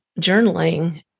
journaling